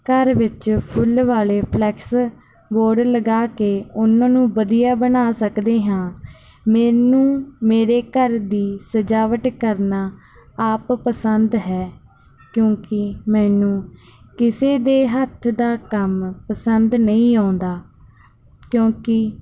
ਘਰ ਵਿੱਚ ਫੁੱਲ ਵਾਲੇ ਫਲੈਕਸ ਬੋਰਡ ਲਗਾਕੇ ਉਨ੍ਹਾਂ ਨੂੰ ਵਧੀਆ ਬਣਾ ਸਕਦੇ ਹਾਂ ਮੈਨੂੰ ਮੇਰੇ ਘਰ ਦੀ ਸਜਾਵਟ ਕਰਨਾ ਆਪ ਪਸੰਦ ਹੈ ਕਿਉਂਕਿ ਮੈਨੂੰ ਕਿਸੇ ਦੇ ਹੱਥ ਦਾ ਕੰਮ ਪਸੰਦ ਨਹੀਂ ਆਉਂਦਾ ਕਿਉਂਕਿ